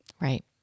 Right